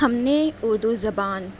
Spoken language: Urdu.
ہم نے اردو زبان